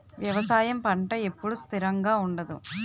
వ్యవసాయం పంట ఎప్పుడు స్థిరంగా ఉండదు